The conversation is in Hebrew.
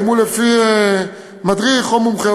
אם הוא לפי מדריך או מומחה,